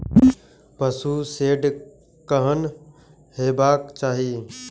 पशु शेड केहन हेबाक चाही?